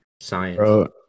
Science